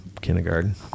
kindergarten